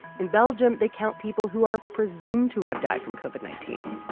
in belgium, they count people who are presumed to have died from covid nineteen.